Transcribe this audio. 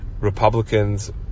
Republicans